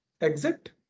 exit